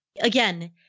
again